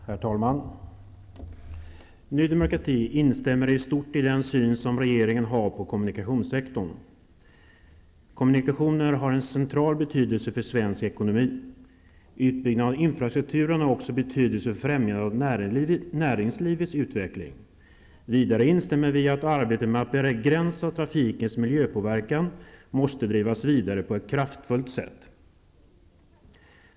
Herr talman! Ny Demokrati instämmer i stort i den syn som regeringen har på kommunikationssektorn. Kommunikationer har en central betydelse för svensk ekonomi. Utbyggnaden av infrastrukturen har också betydelse för främjandet av näringslivets utveckling. Vidare instämmer vi i att arbetet med att begränsa trafikens miljöpåverkan måste drivas vidare på ett kraftfullt sätt.